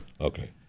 Okay